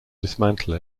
dismantle